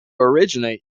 originate